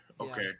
Okay